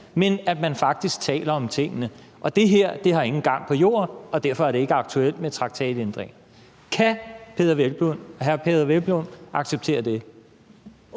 men at man faktisk taler om tingene. Og det her har ingen gang på jorden, og derfor er det ikke aktuelt med traktatændringer. Kan hr. Peder Hvelplund acceptere det?